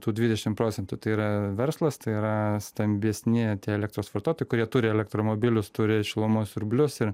tų dvidešim procentų tai yra verslas tai yra stambesni elektros vartotojai kurie turi elektromobilius turi šilumos siurblius ir